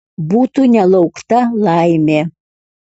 būtų nelaukta laimė